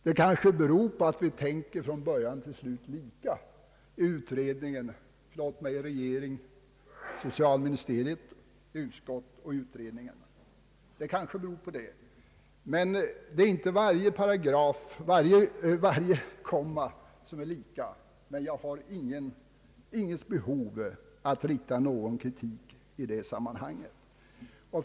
Det beror kanske på att vi tänker lika från början till slut i regering, socialdepartement, utskott och utredningen. Det är inte varje paragraf, varje kommatecken som är lika, men jag har inte behov av att rikta någon kritik i det sammanhanget.